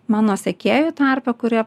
mano sekėjų tarpe kurie